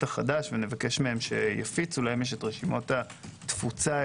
החדש ונבקש שיפיצו להם יש רשימת התפוצה,